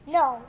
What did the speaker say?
no